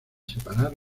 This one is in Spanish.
separar